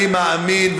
אני מאמין,